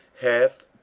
hath